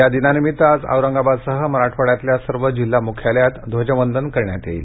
या दिनानिमित्त आज औरंगाबादसह मराठवाड्यातल्या सर्व जिल्हा मुख्यालयात ध्वजवंदन करण्यात येणार आहे